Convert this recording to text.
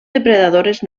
depredadores